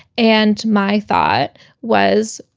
and my thought was,